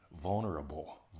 vulnerable